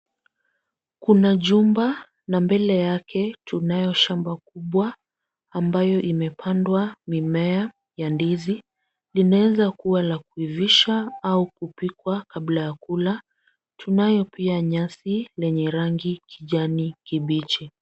Kuna jumba na mbele yake tunayo shamba kubwa ambayo imepandwa mimea ya ndizi. Linaweza kuwa la kuivisha au kupikwa kabla ya kula. Tunayo pia nyasi lenye rangi kijani kibichi.